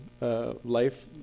life